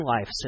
life